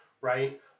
right